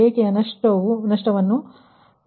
ಏಕೆಂದರೆ ವಿಧಾನವನ್ನು ನಿಮಗೆ ಸರಿಯಾಗಿ ತೋರಿಸಲಾಗಿದೆ